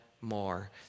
more